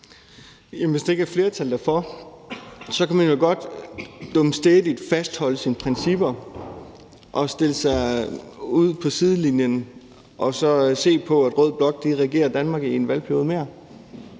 hvis der ikke er et flertal for det, kan man jo godt dumstædigt fastholde sine principper og stille sig ud på sidelinjen og så se på, at rød blok regerer Danmark i en valgperiode mere,